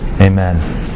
Amen